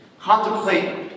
Contemplate